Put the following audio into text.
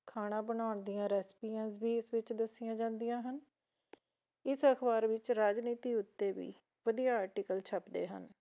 ਖਾਣਾ ਬਣਾਉਣ ਦੀਆਂ ਰੈਸਪੀਆਂਜ਼ ਵੀ ਇਸ ਵਿੱਚ ਦੱਸੀਆਂ ਜਾਂਦੀਆਂ ਹਨ ਇਸ ਅਖਬਾਰ ਵਿੱਚ ਰਾਜਨੀਤੀ ਉੱਤੇ ਵੀ ਵਧੀਆ ਆਰਟੀਕਲ ਛਪਦੇ ਹਨ